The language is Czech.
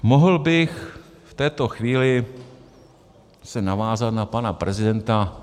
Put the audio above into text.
Mohl bych v této chvíli navázat na pana prezidenta.